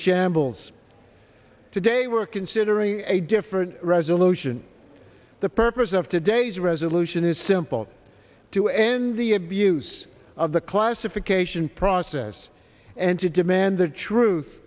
shambles today we're considering a different resolution the purpose of today's resolution is simple to end the abuse of the classification process and to demand the truth